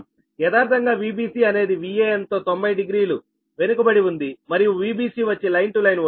యదార్ధంగా Vbc అనేది Van తో 900 వెనుకబడి ఉంది మరియు Vbc వచ్చి లైన్ టు లైన్ ఓల్టేజ్